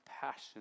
passion